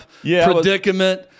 predicament